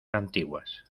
antiguas